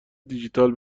دیجیتال